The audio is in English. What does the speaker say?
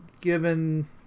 given